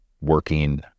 working